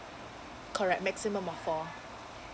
correct maximum of four